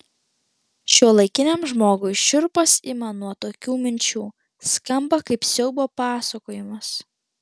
šiuolaikiniam žmogui šiurpas ima nuo tokių minčių skamba kaip siaubo pasakojimas